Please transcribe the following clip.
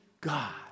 God